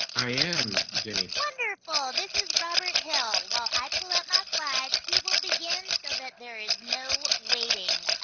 i am, jenny. wonderful! this is robert hill. while i pull up my slides, he will begin so that there is no waiting.